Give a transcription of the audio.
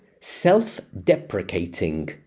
self-deprecating